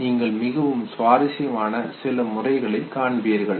நீங்கள் மிகவும் சுவாரஸ்யமான சில முறைகளை காண்பீர்கள்